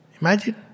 Imagine